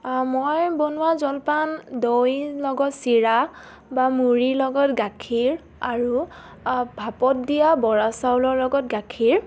মই বনোৱা জলপান দৈ লগত চিৰা বা মুড়িৰ লগত গাখীৰ আৰু ভাপত দিয়া বৰা চাউলৰ লগত গাখীৰ